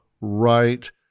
right